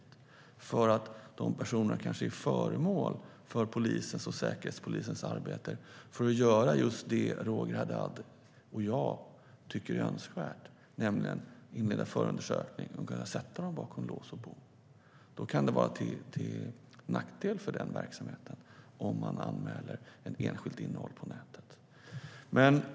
De personer det gäller kanske är föremål för polisens och Säkerhetspolisens arbete med just det som Roger Haddad och jag tycker är önskvärt, alltså förundersökning för att kunna sätta dem bakom lås och bom. Då kan det vara till nackdel om man anmäler enskilt innehåll på nätet.